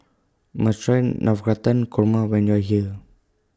YOU must Try Navratan Korma when YOU Are here